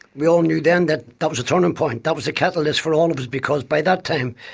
we all knew then that that was a turning point, that was the catalyst for all of us, because by that time,